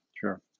Sure